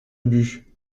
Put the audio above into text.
ubu